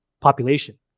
population